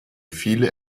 viele